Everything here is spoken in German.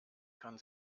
kann